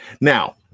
Now